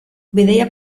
bidaia